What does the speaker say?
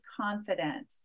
confidence